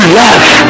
love